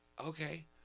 Okay